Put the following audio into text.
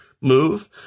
move